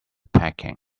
packing